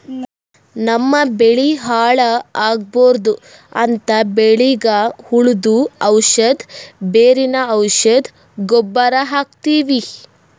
ನಮ್ಮ್ ಬೆಳಿ ಹಾಳ್ ಆಗ್ಬಾರ್ದು ಅಂತ್ ಬೆಳಿಗ್ ಹುಳ್ದು ಔಷಧ್, ಬೇರಿನ್ ಔಷಧ್, ಗೊಬ್ಬರ್ ಹಾಕ್ತಿವಿ